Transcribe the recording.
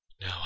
Now